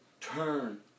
Turn